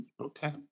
Okay